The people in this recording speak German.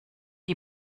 die